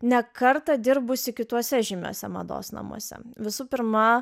ne kartą dirbusį kituose žymiuose mados namuose visų pirma